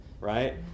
right